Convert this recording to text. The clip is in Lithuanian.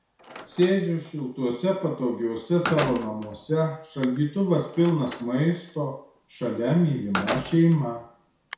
sėdžiu šiltuose patogiuose savo namuose šaldytuvas pilnas maisto šalia mylima šeima